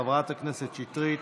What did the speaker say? חברת הכנסת שטרית,